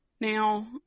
Now